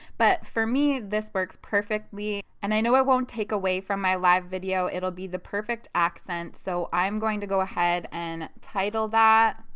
but for me this works perfectly and i know i won't take away from my live video it'll be the perfect accent. so i'm going to go ahead and title that